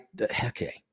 okay